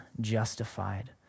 justified